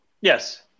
Yes